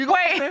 Wait